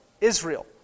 Israel